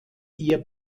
ihr